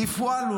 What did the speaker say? כיף וואלו,